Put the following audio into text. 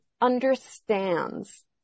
understands